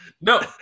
No